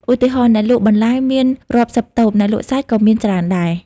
ឧទាហរណ៍ អ្នកលក់បន្លែមានរាប់សិបតូប អ្នកលក់សាច់ក៏មានច្រើនដែរ។